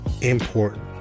important